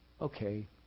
Okay